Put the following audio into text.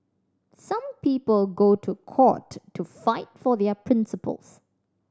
some people go to court to fight for their principles